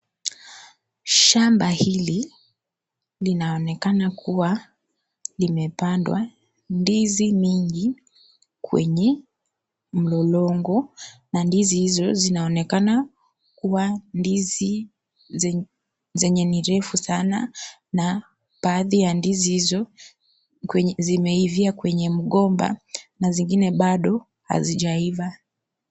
Shamba hili linaonekana kua limepandwa ndizi mingi kwenye mlolongo na ndizi hizo zinaonekana kua ndizi zenye ni refu sana na baadhi ya ndizi hizo zimeivia kwenye mgomba na zingine bado hazijaiva.